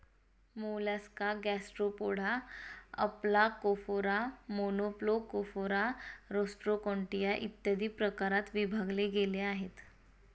Mollusca Gastropoda, Aplacophora, Monoplacophora, Rostroconchia, इत्यादी प्रकारात विभागले गेले आहे